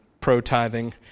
pro-tithing